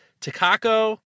Takako